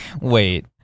wait